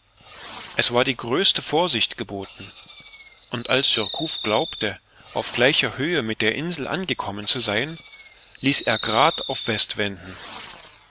es war die größte vorsicht geboten und als surcouf glaubte auf gleicher höhe mit der insel angekommen zu sein ließ er grad auf